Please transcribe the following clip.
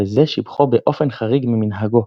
וזה שיבחו באופן חריג ממנהגו.